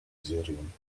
syrien